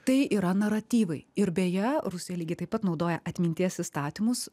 tai yra naratyvai ir beje rusija lygiai taip pat naudoja atminties įstatymus